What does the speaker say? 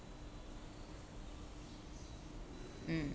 mm